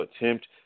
attempt